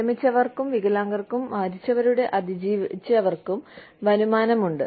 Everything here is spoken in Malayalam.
വിരമിച്ചവർക്കും വികലാംഗർക്കും മരിച്ചവരുടെ അതിജീവിച്ചവർക്കും വരുമാനമുണ്ട്